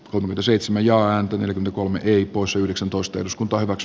komento seitsemän ja antoi yli kolme hippos yhdeksäntoista eduskuntaan kaks